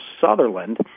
Sutherland